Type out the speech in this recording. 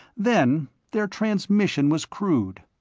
then their transmission was crude.